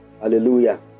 Hallelujah